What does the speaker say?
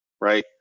right